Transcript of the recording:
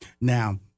Now